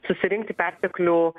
susirinkti perteklių